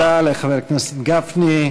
תודה לחבר הכנסת גפני.